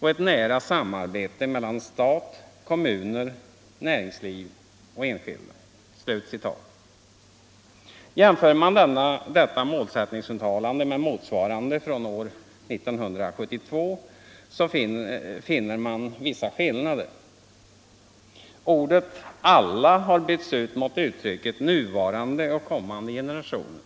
och ett nära samarbete mellan stat, kommuner, näringsliv och enskilda.” Jämför man detta målsättningsuttalande med motsvarande från år 1972 så finner man vissa skillnader. Ordet ”alla” har bytts ut mot uttrycket "nuvarande och kommande generationer”.